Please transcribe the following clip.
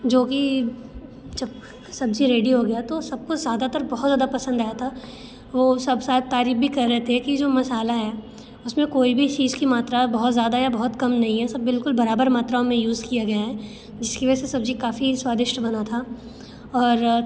जो कि जब सब्ज़ी रेडी हो गई तो सब को ज़्यादातर बहुत ज़्यादा पसंद आया था वो सब शायद तारीफ़ भी कर रहे थे कि जो मसाला है उस में कोई भी चीज़ की मात्रा बहुत ज़्यादा या बहुत कम नहीं है सब बिल्कुल बराबर मात्राओं में यूज़ किया गया है जिसकी वजह से सब्ज़ी काफ़ी स्वादिष्ट बनी थी और